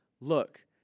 Look